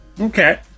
Okay